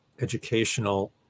educational